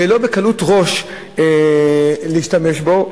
ולא בקלות ראש להשתמש בה,